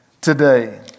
today